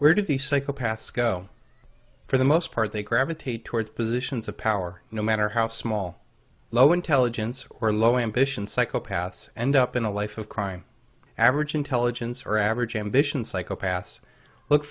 where do the psychopaths go for the most part they gravitate towards positions of power no matter how small low intelligence or low ambition psychopaths end up in a life of crime average intelligence or average ambition psychopaths look